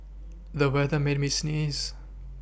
the weather made me sneeze